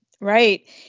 Right